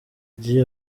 lil